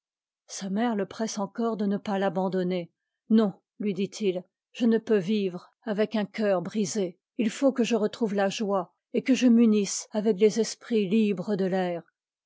sa mère le presse encore de ne pas l'abandonner non lui dit-il je ne peux vivre avec un cœur brisé il faut que je retrouve la joie et que je m'unisse avec les esprits libres de l'air